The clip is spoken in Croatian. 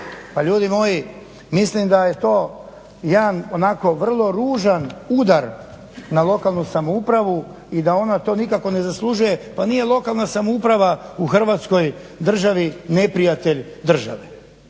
Pa ljudi moji mislim da je to jedan onako vrlo ružan udar na lokalnu samoupravu i da ona to nikako ne zaslužuje. Pa nije lokalna samouprava u Hrvatskoj državi neprijatelj države.